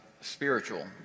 spiritual